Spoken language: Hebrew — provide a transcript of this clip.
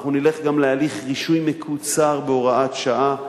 אנחנו נלך גם להליך רישוי מקוצר בהוראת שעה,